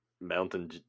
Mountain